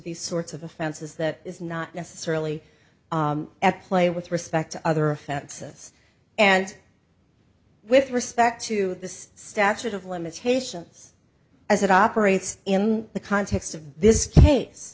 these sorts of offenses that is not necessarily at play with respect to other offenses and with respect to the statute of limitations as it operates in the context of this case